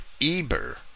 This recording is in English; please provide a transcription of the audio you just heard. Eber